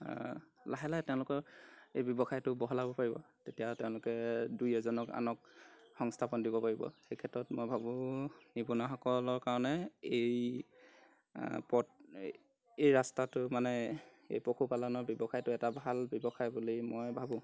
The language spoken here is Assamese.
লাহে লাহে তেওঁলোকৰ এই ব্যৱসায়টো বহলাব পাৰিব তেতিয়া তেওঁলোকে দুই এজনক আনক সংস্থাপন দিব পাৰিব সেই ক্ষেত্ৰত মই ভাবোঁ নিবনুৱাসকলৰ কাৰণে এই পথ এই ৰাস্তাটো মানে এই পশুপালনৰ ব্যৱসায়টো এটা ভাল ব্যৱসায় বুলি মই ভাবোঁ